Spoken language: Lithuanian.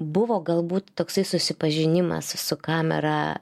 buvo galbūt toksai susipažinimas su su kamera